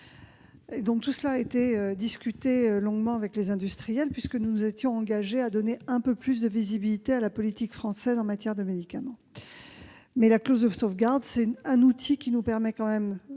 ont été discutés longuement avec les industriels, puisque nous nous étions engagés à donner un peu plus de visibilité à la politique française en matière de médicaments. En tout état de cause, la clause de sauvegarde est un outil qui nous permet de